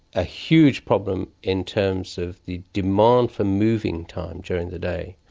a huge problem in terms of the demand for moving time during the day.